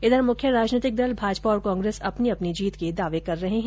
उधर मुख्य राजनीतिक दल भाजपा और कांग्रेस अपनी अपनी जीत के दावे कर रहे हैं